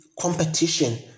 competition